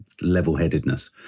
level-headedness